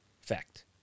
Fact